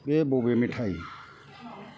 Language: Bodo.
बे बबे मेथाइ